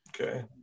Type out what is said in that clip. Okay